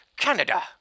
Canada